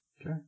Okay